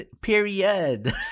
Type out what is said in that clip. period